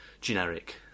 generic